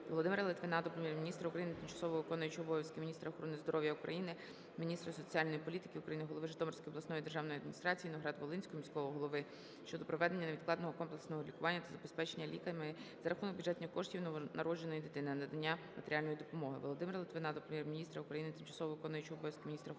Володимира Литвина до Прем'єр-міністра України, тимчасово виконуючої обов'язки міністра охорони здоров'я України, міністра соціальної політики України, голови Житомирської обласної державної адміністрації, Новоград-Волинського міського голови щодо проведення невідкладного комплексного лікування та забезпечення ліками за рахунок бюджетних коштів новонародженої дитини; надання матеріальної допомоги. Володимира Литвина до Прем'єр-міністра України, тимчасово виконуючої обов'язки міністра охорони здоров'я України,